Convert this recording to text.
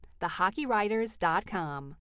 thehockeywriters.com